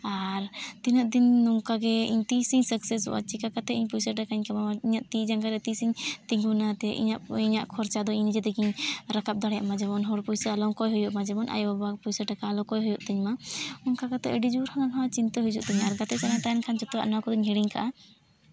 ᱟᱨ ᱛᱤᱱᱟᱹᱜ ᱫᱤᱱ ᱱᱚᱝᱠᱟ ᱜᱮ ᱤᱧ ᱛᱤᱥ ᱤᱧ ᱥᱟᱠᱥᱮᱥᱚᱜᱼᱟ ᱪᱤᱠᱟᱹ ᱠᱟᱛᱮᱫ ᱤᱧ ᱯᱚᱭᱥᱟ ᱴᱟᱠᱟᱧ ᱠᱟᱢᱟᱣᱟ ᱤᱧᱟᱹᱜ ᱛᱤ ᱡᱟᱸᱜᱟ ᱨᱮ ᱛᱤᱥ ᱤᱧ ᱛᱤᱸᱜᱩᱱᱟ ᱤᱧᱟᱹᱜ ᱠᱷᱚᱨᱪᱟ ᱫᱚ ᱤᱧ ᱱᱤᱡᱮ ᱛᱮᱜᱤᱧ ᱨᱟᱠᱟᱵ ᱫᱟᱲᱮᱭᱟᱜ ᱢᱟ ᱡᱮᱢᱚᱱ ᱦᱚᱲ ᱠᱚ ᱯᱚᱭᱥᱟ ᱟᱞᱚ ᱠᱚᱭ ᱦᱩᱭᱩᱜ ᱢᱟ ᱡᱮᱢᱚᱱ ᱟᱭᱳᱼᱵᱟᱵᱟ ᱯᱚᱭᱥᱟ ᱴᱟᱠᱟ ᱟᱞᱚ ᱠᱚᱭ ᱦᱩᱭᱩᱜ ᱛᱤᱧ ᱢᱟ ᱚᱱᱠᱟ ᱠᱟᱛᱮᱫ ᱟᱹᱰᱤ ᱡᱳᱨ ᱦᱟᱱᱟᱼᱱᱟᱣᱟ ᱪᱤᱱᱛᱟᱹ ᱦᱤᱡᱩᱜ ᱛᱤᱧᱟᱹ ᱟᱨ ᱜᱟᱛᱮ ᱥᱟᱞᱟᱜ ᱤᱧ ᱛᱟᱦᱮᱱ ᱠᱷᱟᱱ ᱡᱚᱛᱚᱣᱟᱜ ᱱᱚᱣᱟ ᱠᱚᱫᱚᱧ ᱦᱤᱲᱤᱧ ᱠᱟᱜᱼᱟ